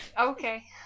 okay